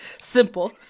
Simple